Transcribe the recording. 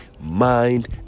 mind